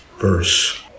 verse